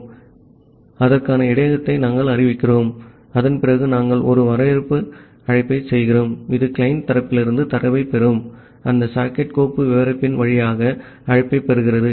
ஆகவே அதற்கான இடையகத்தை நாங்கள் அறிவிக்கிறோம் அதன்பிறகு நாங்கள் ஒரு வரவேற்பு அழைப்பை செய்கிறோம் இது கிளையன்ட் தரப்பிலிருந்து தரவைப் பெறும் அந்த சாக்கெட் கோப்பு விவரிப்பான் வழியாக அழைப்பைப் பெறுகிறது